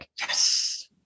yes